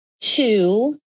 two